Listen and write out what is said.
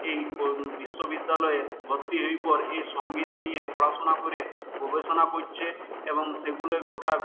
এই বিশ্ববিদ্যালয়ে ভর্তি হয়ে পর এই সঙ্গীত নিয়ে পড়াশুনা করে গবেষণা করছে এবং সেইগুলো গোটা